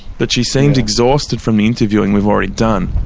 but she seemed exhausted from the interviewing we've already done.